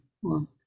one